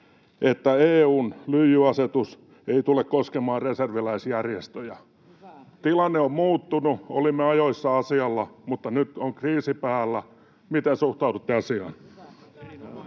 että EU:n lyijyasetus ei tule koskemaan reserviläisjärjestöjä? Tilanne on muuttunut. Olimme ajoissa asialla, mutta nyt on kriisi päällä. Miten suhtaudutte asiaan?